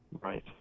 Right